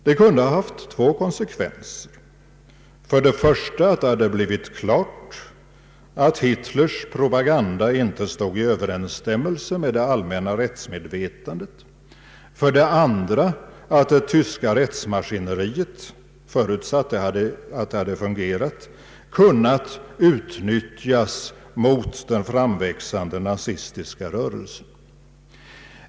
Det kunde ha haft två konsekvenser, för det första att det hade blivit klart att Hitlers propaganda inte stod i överensstämmelse med det allmänna rättsmedvetandet; för det andra att det tyska rättsmaskineriet, förutsatt att det hade fungerat, kunnat utnyttjas mot den framväxande nazistiska rörelsen.